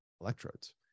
electrodes